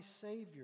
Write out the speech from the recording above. Savior